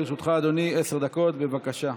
לרשותך, אדוני, עשר דקות, בבקשה.